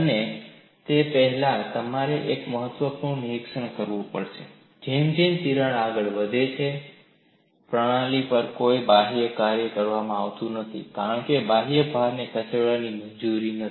અને તે પહેલાં તમારે એક મહત્વપૂર્ણ નિરીક્ષણ કરવું પડશે જેમ જેમ તિરાડ આગળ વધે છે પ્રણાલી પર કોઈ બાહ્ય કાર્ય કરવામાં આવતું નથી કારણ કે બાહ્ય ભારને ખસેડવાની મંજૂરી નથી